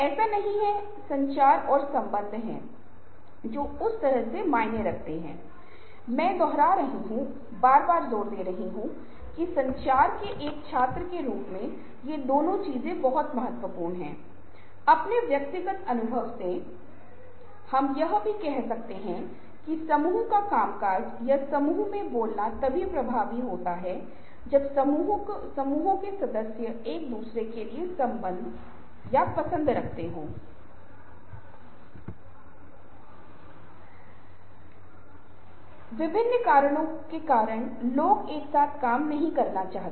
नौकरी करने से उनके आत्म विकास और विकास को बढ़ावा मिलेगा और उसी समय जो हम देखने के लिए दी गई नौकरी को सौंप रहे हैं उस व्यक्ति को कुछ स्वतंत्रता और लचीलापन दें क्योंकि अगर हर बार नौकरी करने का तरीका तय किया जाएगा और समय का प्रबंधन हो जाएगा तो उस स्थिति में जो व्यक्ति नौकरी कर रहा है या प्रतिनिधि काम करने में रुचि खो देगा वह नौकरी करने में अपनी रचनात्मकता और नवीनता का प्रयोग नहीं करेगा